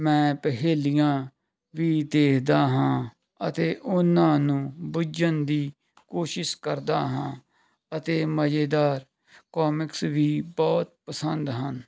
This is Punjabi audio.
ਮੈਂ ਪਹੇਲੀਆਂ ਵੀ ਦੇਖਦਾ ਹਾਂ ਅਤੇ ਉਹਨਾਂ ਨੂੰ ਬੁੱਝਣ ਦੀ ਕੋਸ਼ਿਸ਼ ਕਰਦਾ ਹਾਂ ਅਤੇ ਮਜ਼ੇਦਾਰ ਕੋਮਿਕਸ ਵੀ ਬਹੁਤ ਪਸੰਦ ਹਨ